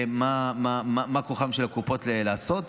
מה כוחן של הקופות לעשות.